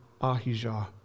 Ahijah